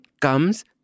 comes